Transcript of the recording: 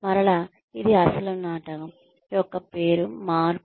మరలా ఇది అసలు నాటకం యొక్క పేరు మార్పు